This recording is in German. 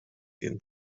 jeden